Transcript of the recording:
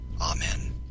Amen